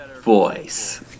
voice